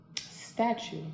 statue